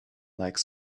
like